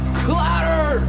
clatter